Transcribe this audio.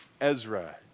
Ezra